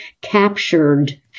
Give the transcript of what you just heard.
captured